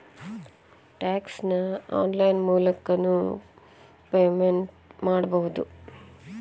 tax ನ online ಮೂಲಕನೂ payment ಮಾಡಬೌದು